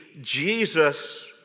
Jesus